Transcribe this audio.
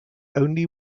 only